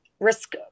risk